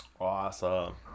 Awesome